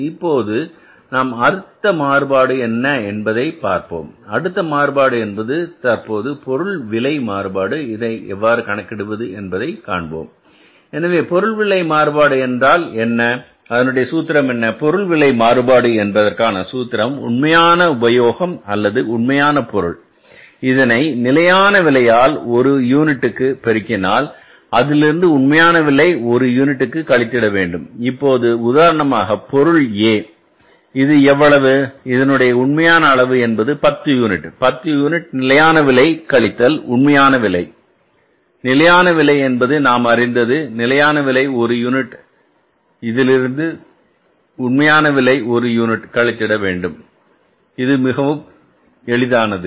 இப்போது நாம் அடுத்த மாறுபாடு என்ன என்பதை பார்ப்போம் அடுத்த மாறுபாடு என்பது தற்போது பொருள் விலை மாறுபாடு இதை எவ்வாறு கணக்கிடுவது என்பதை காண்போம் எனவே பொருள் விலை மாறுபாடு என்றால் என்ன அதனுடைய சூத்திரம் என்ன பொருள் விலை மாறுபாடு என்பதற்கான சூத்திரம் உண்மையான உபயோகம் அல்லது உண்மையான பொருள் இதனை நிலையான விலையால் ஒரு யூனிட்டுக்கு பெருக்கினால் அதிலிருந்து உண்மையான விலை ஒரு யூனிட்டிற்கு கழித்திட வேண்டும் இப்போது உதாரணமாக பொருள் A இது எவ்வளவு இதனுடைய உண்மையான அளவு என்பது 10 யூனிட் 10 யூனிட் நிலையான விலை கழித்தல் உண்மையான விலை நிலையான விலை என்பது நாம் அறிந்தது நிலையான விலை ஒரு யூனிட் இதிலிருந்து உண்மையான விலை ஒரு யூனிட் கழித்திட வேண்டும் இது மிகவும் எளிதானது